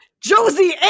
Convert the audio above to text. Josie